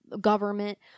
government